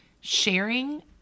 sharing